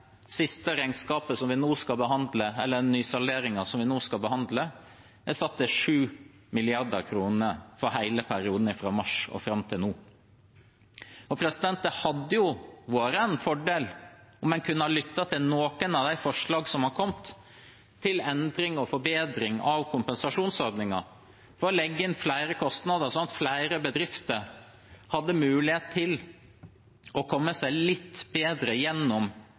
som i nysalderingen vi nå skal behandle, er satt til 7 mrd. kr for hele perioden fra mars og fram til nå. Det hadde vært en fordel om en kunne lyttet til noen av forslagene som har kommet til endring og forbedring av kompensasjonsordningen, for å legge inn flere kostnader slik at flere bedrifter hadde mulighet til å komme seg litt bedre gjennom